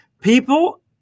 people